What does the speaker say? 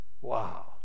wow